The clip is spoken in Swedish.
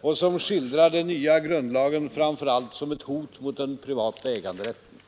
och som skildrar den nya grundlagen framför allt som ett hot mot den privata äganderätten.